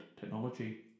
technology